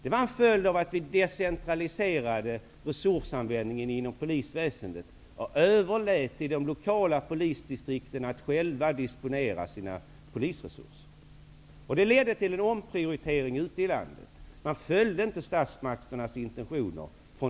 Det var en följd av att vi decentraliserade resursanvändningen inom polisväsendet och överlät till de lokala polisdistrikten att själva disponera över sina resurser. Det ledde till en omprioritering ute i landet. De lokala polisdistrikten följde inte statsmakternas intentioner.